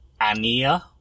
Ania